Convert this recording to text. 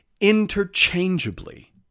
interchangeably